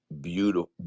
beautiful